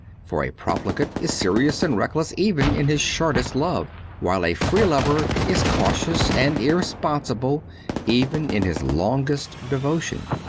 for a profligate is serious and reckless even in his shortest love while a free lover is cautious and irresponsible even in his longest devotion.